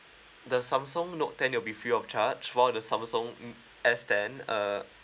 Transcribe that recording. the Samsung note ten will be free of charge while the Samsung um S ten uh